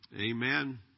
Amen